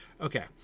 Okay